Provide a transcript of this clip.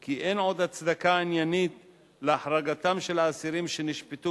כי אין עוד הצדקה עניינית להחרגתם של האסירים שנשפטו